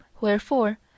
Wherefore